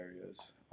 areas